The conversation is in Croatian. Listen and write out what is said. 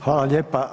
Hvala lijepa.